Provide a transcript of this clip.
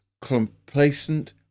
complacent